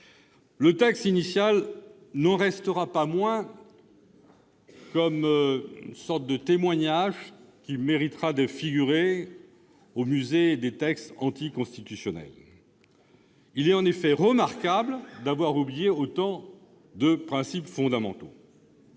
Le texte initial n'en restera pas moins comme une sorte de témoignage méritant de figurer au musée des textes anticonstitutionnels. Il est en effet remarquable d'avoir oublié autant de principes fondamentaux.